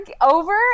over